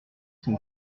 son